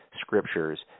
scriptures